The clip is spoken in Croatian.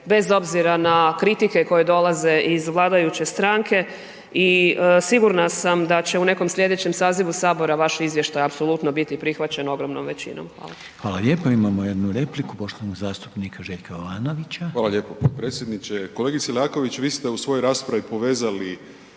bez obzira na kritike koje dolaze iz vladajuće stranke i sigurna sam da će u nekom slijedećem sazivu sabora vaš izvještaj apsolutno biti prihvaćen ogromnom većinom. Hvala. **Reiner, Željko (HDZ)** Hvala lijepo. Imamo jednu repliku, poštovanog zastupnika Željka Jovanovića. **Jovanović, Željko (SDP)** Hvala lijepo potpredsjedniče. Kolegice Leaković, vi ste u svojoj raspravi povezali